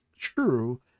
true